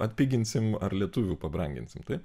atpiginsim ar lietuvių pabranginsim taip